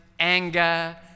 anger